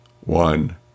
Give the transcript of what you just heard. one